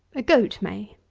a goat may.